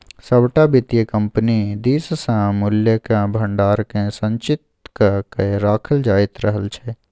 सभटा वित्तीय कम्पनी दिससँ मूल्यक भंडारकेँ संचित क कए राखल जाइत रहल छै